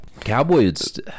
Cowboys